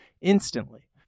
instantly